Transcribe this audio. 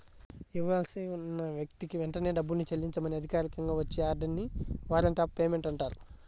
ఇవ్వాల్సి ఉన్న వ్యక్తికి వెంటనే డబ్బుని చెల్లించమని అధికారికంగా వచ్చే ఆర్డర్ ని వారెంట్ ఆఫ్ పేమెంట్ అంటారు